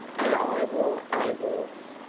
and i wore overalls!